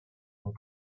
and